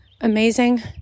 amazing